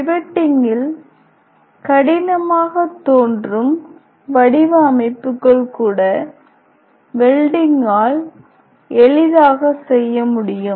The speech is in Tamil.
ரிவெட்டிங்கில் கடினமாகத் தோன்றும் வடிவ அமைப்புகள் கூட வெல்டிங்கால் எளிதாக செய்ய முடியும்